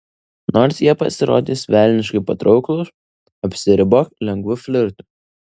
nors jie pasirodys velniškai patrauklūs apsiribok lengvu flirtu